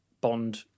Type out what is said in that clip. Bond